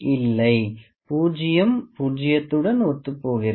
இல்லை பூஜ்ஜியம் பூஜ்ஜியத்துடன் ஒத்துப்போகிறது